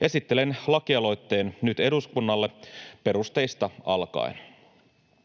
Esittelen lakialoitteen nyt eduskunnalle perusteista alkaen: